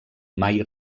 mai